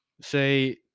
say